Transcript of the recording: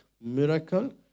miracle